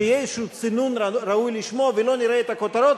שיהיה איזה צינון ראוי לשמו ולא נראה את הכותרות,